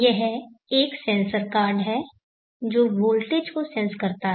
यह एक sensor card है जो वोल्टेज को सेंस करता है